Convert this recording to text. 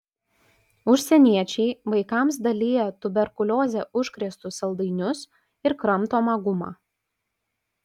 užsieniečiai vaikams dalija tuberkulioze užkrėstus saldainius ir kramtomą gumą